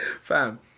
Fam